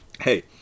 Hey